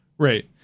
Right